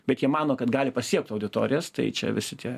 bet jie mano kad gali pasiekt auditorijas tai čia visi tie